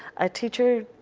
a teacher